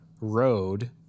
road